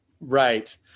Right